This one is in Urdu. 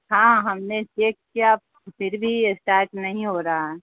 ہاں ہم نے چیک کیا پھر بھی اسٹارٹ نہیں ہو رہا ہے